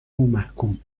ومحکوم